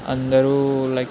అందరు లైక్